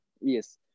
yes